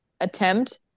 attempt